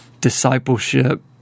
discipleship